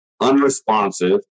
unresponsive